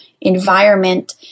environment